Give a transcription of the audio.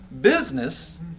business